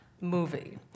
movie